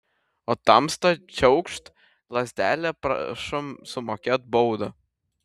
o tamsta čiaukšt lazdele prašom sumokėt baudą